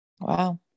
Wow